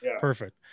Perfect